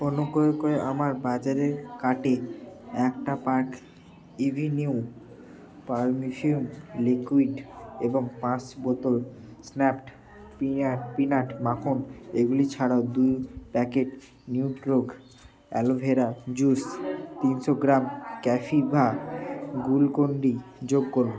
অনুগ্রহ করে আমার বাজারের কার্টে একটা পার্ক এভিনিউ পারফিউম লিকুইড এবং পাঁচ বোতল স্ন্যাপড পিনাট মাখন এগুলি ছাড়াও দুই প্যাকেট নিউট্রিওগ অ্যালোভেরার জুস তিনশো গ্রাম ক্যাফিভা গ্লুকন্ডি যোগ করুন